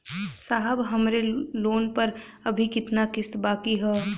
साहब हमरे लोन पर अभी कितना किस्त बाकी ह?